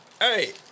Hey